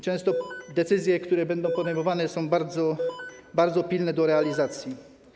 Często decyzje, które będą podejmowane, są bardzo pilne do realizacji.